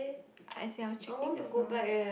as I was checking just now